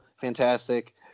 Fantastic